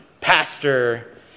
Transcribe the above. pastor